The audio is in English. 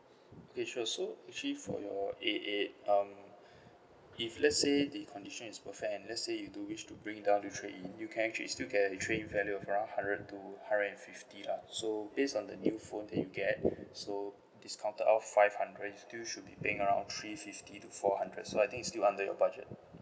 okay sure so actually for your A eight um if let's say the condition is perfect and let's say you do wish to bring it down to trade in you can actually still get a trade in value of around hundred to hundred and fifty lah so based on the new phone that you get so discounted out five hundred you still should be paying around three fifty to four hundred so I think is still under your budget